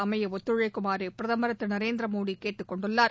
அமைய ஒத்துழைக்குமாறு பிரதம் திரு நரேந்திர மோடி கேட்டுக்கொண்டுள்ளார்